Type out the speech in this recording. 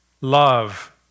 Love